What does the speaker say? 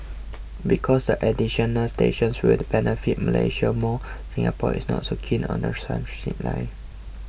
because the additional stations will benefit Malaysia more Singapore is not so keen on the transit line